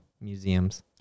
museums